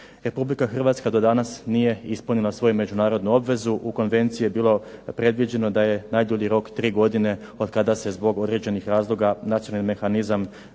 Republika Hrvatska do danas nije ispunila svoju međunarodnu obvezu, u Konvenciji je bio predviđeno da je najdulji rok od tri godine od kada se zbog određenih razloga nacionalni mehanizam